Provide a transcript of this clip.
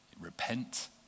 Repent